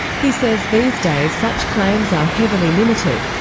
he says these days such claims are heavily limited,